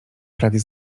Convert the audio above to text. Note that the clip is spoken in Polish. prawie